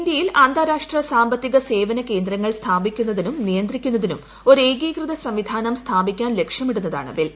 ഇന്ത്യയിൽ അന്താരാഷ്ട്ര സാമ്പത്തിക സേവന കേന്ദ്രങ്ങൾ സ്ഥാപിക്കുന്നതിനും നിയന്ത്രിക്കുന്നതിനും ഒരു ഏകീകൃത സംവിധാനം സ്ഥാപിക്കാൻ ലക്ഷ്യമിടുന്നതാണ് ബിൽ